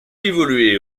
évoluait